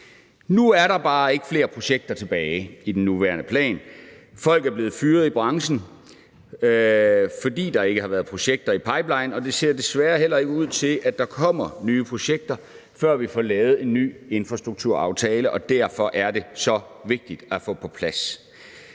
Nu er der bare ikke flere projekter tilbage i den nuværende plan. Folk er blevet fyret i branchen, fordi der ikke har været projekter i pipelinen, og det ser desværre heller ikke ud til, at der kommer nye projekter, før vi får lavet en ny infrastrukturaftale, og derfor er den så vigtig at få på plads.